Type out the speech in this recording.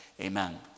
amen